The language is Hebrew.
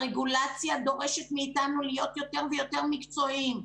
הרגולציה דורשת מאיתנו להיות יותר ויותר מקצועיים,